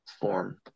form